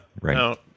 Right